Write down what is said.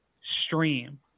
stream